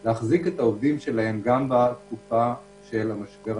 להחזיק את העובדים שלהם גם בתקופה של המשבר הנוכחי.